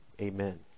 Amen